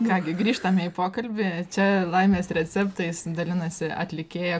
ką gi grįžtame į pokalbį čia laimės receptais dalinasi atlikėja